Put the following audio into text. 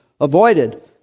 Avoided